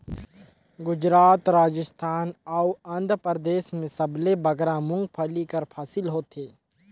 गुजरात, राजिस्थान अउ आंध्रपरदेस में सबले बगरा मूंगफल्ली कर फसिल होथे